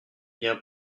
bien